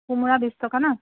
কোমৰা বিশ টকা ন'